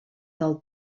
del